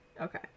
okay